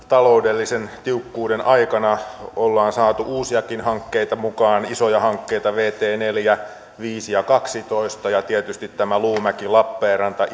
taloudellisen tiukkuuden aikana ollaan saatu uusiakin hankkeita mukaan isoja hankkeita vt neljä viisi ja kaksitoista ja tietysti tämä luumäki lappeenranta